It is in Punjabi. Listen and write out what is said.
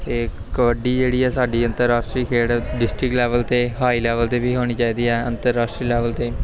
ਇਹ ਕਬੱਡੀ ਜਿਹੜੀ ਆ ਸਾਡੀ ਅੰਤਰਰਾਸ਼ਟਰੀ ਖੇਡ ਡਿਸਟਰਿਕਟ ਲੈਵਲ 'ਤੇ ਹਾਈ ਲੈਵਲ 'ਤੇ ਵੀ ਹੋਣੀ ਚਾਹੀਦੀ ਆ ਅੰਤਰਰਾਸ਼ਟਰੀ ਲੈਵਲ 'ਤੇ